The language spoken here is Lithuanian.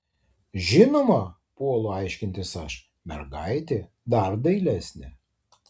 žinoma puolu aiškintis aš mergaitė dar dailesnė